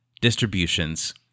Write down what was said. distributions